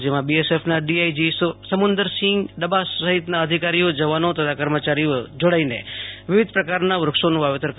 જેમાં બીએસએફના ડીઆઈજી સમુંદરસિંહ ડબાસ સહિતના અધિકારીઓ જવાનો તથા કર્મચારીઓ જોડીને વિવિધ પ્રકરના વૃક્ષોનું વાવેતર કર્યું હતું